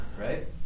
Right